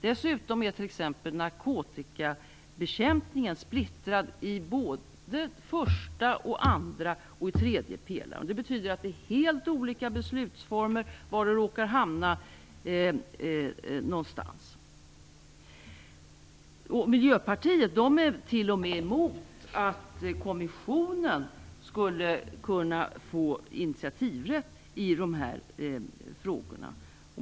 Dessutom är t.ex. narkotikabekämpningen splittrad i såväl första som andra och tredje pelaren. Det betyder att det är helt olika beslutsformer beroende på var den råkar hamna någonstans. Miljöpartiet är t.o.m. emot att kommissionen skulle kunna få initiativrätt i dessa frågor.